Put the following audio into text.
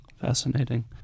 Fascinating